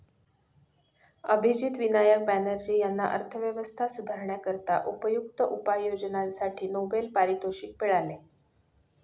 अभिजित विनायक बॅनर्जी यांना अर्थव्यवस्था सुधारण्याकरिता उपयुक्त उपाययोजनांसाठी नोबेल पारितोषिक मिळाले